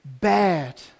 bad